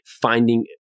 finding